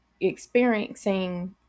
experiencing